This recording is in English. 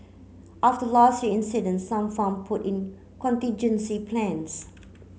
after last year incident some farm put in contingency plans